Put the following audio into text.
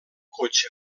cotxe